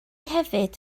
hefyd